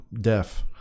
deaf